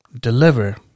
deliver